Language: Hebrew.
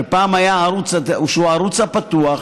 שהוא הערוץ הפתוח,